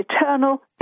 eternal